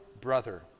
brother